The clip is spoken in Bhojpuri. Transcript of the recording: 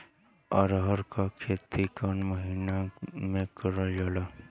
अरहर क खेती कवन महिना मे करल जाला?